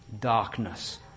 Darkness